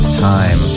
time